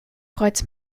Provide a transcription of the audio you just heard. freuds